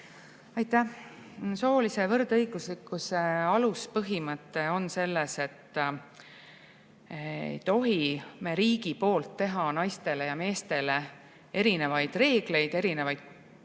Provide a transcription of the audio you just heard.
Aitäh! Soolise võrdõiguslikkuse aluspõhimõte on selles, et riik ei tohi teha naistele ja meestele erinevaid reegleid, panna erinevaid